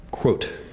quote,